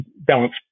balance